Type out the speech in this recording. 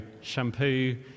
shampoo